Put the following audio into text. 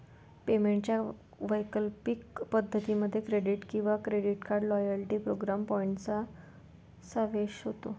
पेमेंटच्या वैकल्पिक पद्धतीं मध्ये क्रेडिट किंवा debit card, loyalty programme point यांचा समावेश होतो